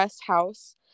house